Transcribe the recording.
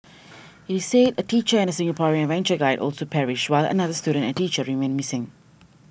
it said a teacher and a Singaporean adventure guide also perished while another student and a teacher remain missing